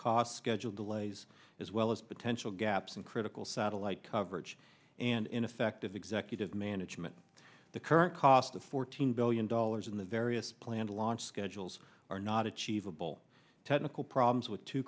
cost schedule delays as well as potential gaps in critical satellite coverage and ineffective executive management the current cost of fourteen billion dollars in the various planned launch schedules are not achievable technical problems with t